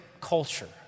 culture